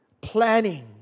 planning